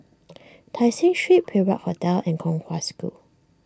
Tai Seng Street Perak Hotel and Kong Hwa School